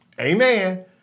Amen